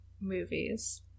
movies